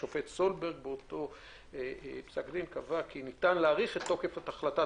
השופט סולברג קבע באותו פסק דין כי ניתן להאריך את תוקף החלטת